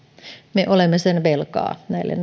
me olemme sen velkaa näille